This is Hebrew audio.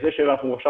זה לא העניין.